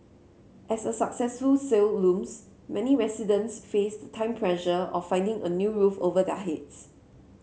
as a successful sale looms many residents face the time pressure of finding a new roof over their heads